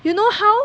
you know how